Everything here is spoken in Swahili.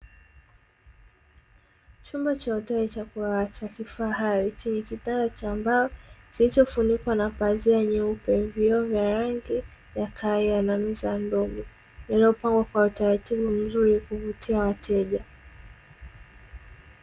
Chumba cha hoteli cha kulala, cha kifahari, chenye kitanda cha mbao kilichofunikwa na pazia nyeupe, vioo vya rangi ya kahawia na meza ndogo, yaliyopangwa kwa utaratibu mzuri kuvutia wateja.